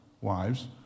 wives